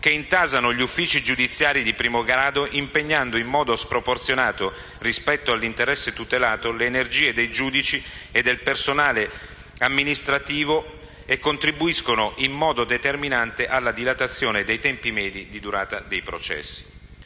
che intasano gli uffici giudiziari di primo grado, impegnando, in modo sproporzionato rispetto all'interesse tutelato, le energie dei giudici e del personale amministrativo e contribuendo in modo determinante alla dilatazione dei tempi medi di durata dei processi.